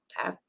Okay